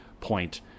point